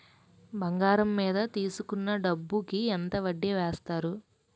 బంగారం మీద తీసుకున్న డబ్బు కి ఎంత వడ్డీ వేస్తారు?